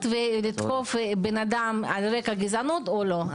ולתקוף בן אדם על רקע גזענות או לא.